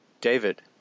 David